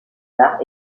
arts